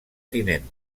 tinent